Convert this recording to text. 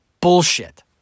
Bullshit